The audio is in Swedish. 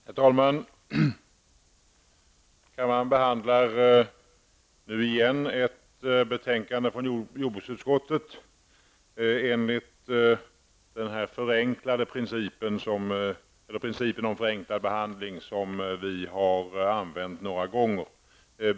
Herr talman! Kammaren behandlar nu åter igen ett betänkande från jordbruksutskottet enligt principen om förenklad behandling, som vi använt några gånger.